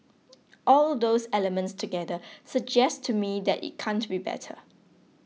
all those elements together suggest to me that it can't be better